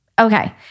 Okay